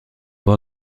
bord